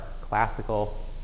classical